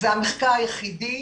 זה המחקר היחידי